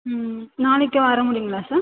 ம் நாளைக்கு வர முடியுங்களா சார்